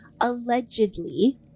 allegedly